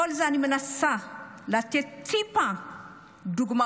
בכל זה אני מנסה לתת טיפה דוגמאות.